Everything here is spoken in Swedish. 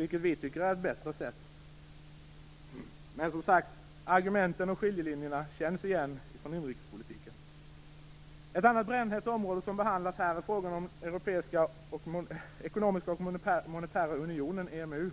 Det tycker vi är ett bättre sätt. Som sagt: Argumenten och skiljelinjerna känns igen från inrikespolitiken. Ett annat brännhett område som behandlas här är den ekonomiska och monetära unionen, EMU.